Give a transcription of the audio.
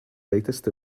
latest